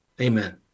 amen